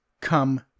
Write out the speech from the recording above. come